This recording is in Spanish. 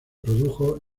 produjo